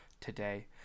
today